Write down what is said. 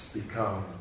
become